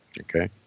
Okay